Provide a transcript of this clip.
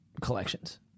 collections